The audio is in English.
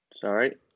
Sorry